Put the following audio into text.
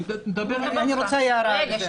אני רוצה להעיר על זה הערה.